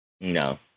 No